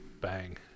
Bang